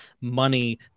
money